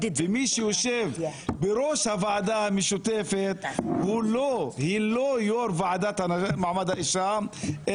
ומי שיושב בראש הוועדה המשותפת היא לא יו"ר הוועדה למעמד האישה,